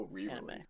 anime